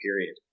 period